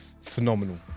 phenomenal